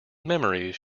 memories